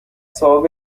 صاحب